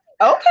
okay